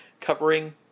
covering